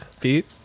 Pete